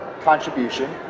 contribution